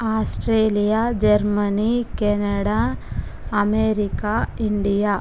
Australia Germany Canada America India